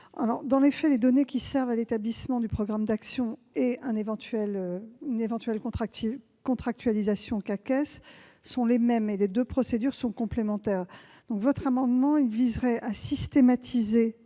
Dans les faits, les données qui servent à l'établissement du programme d'action et à un éventuel CAQES sont les mêmes, et les deux procédures sont complémentaires. L'amendement viserait donc à systématiser